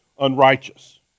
Unrighteous